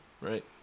right